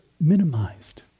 minimized